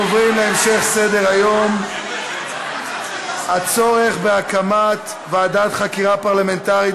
אנחנו עוברים להמשך סדר-היום: הצורך בהקמת ועדת חקירה פרלמנטרית